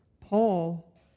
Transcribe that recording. Paul